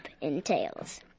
entails